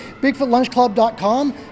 Bigfootlunchclub.com